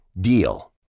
DEAL